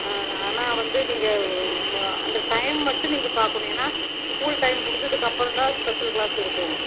ஆனால் வந்து நீங்கள் அந்த டைம் மட்டும் நீங்கள் பார்க்கணும் ஏன்னா ஸ்கூல் டைம் முடிஞ்சதுக்கு அப்புறம் தான் ஸ்பெஷல் கிளாஸ் இருக்கும்